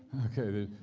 okay?